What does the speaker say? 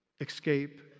escape